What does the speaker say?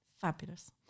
Fabulous